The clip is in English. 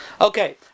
Okay